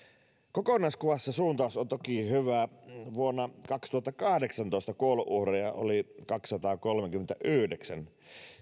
kokonaiskuvassa suuntaus on toki hyvä vuonna kaksituhattakahdeksantoista kuolonuhreja oli kaksisataakolmekymmentäyhdeksän